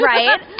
Right